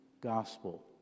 gospel